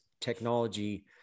technology